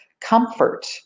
Comfort